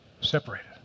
Separated